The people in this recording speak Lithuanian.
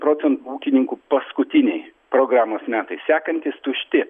procentų ūkininkų paskutiniai programos metai sekantys tušti